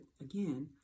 again